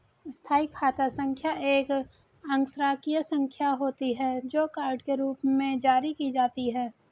स्थायी खाता संख्या एक अक्षरांकीय संख्या होती है, जो कार्ड के रूप में जारी की जाती है